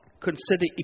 consider